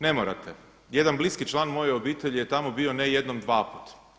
Ne morate, jedan bliski član moje obitelji je tamo bio ne jednom, dvaput.